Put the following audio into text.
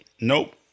Nope